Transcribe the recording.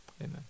Amen